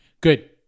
Good